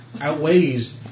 outweighs